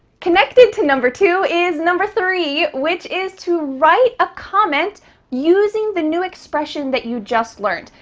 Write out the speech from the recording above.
connected to number two is number three, which is to write a comment using the new expression that you just learned.